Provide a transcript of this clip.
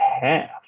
half